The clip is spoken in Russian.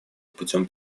путем